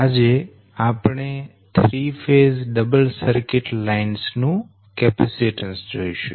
આજે આપણે 3 phase double circuit lines નું કેપેસીટન્સ જોઈશું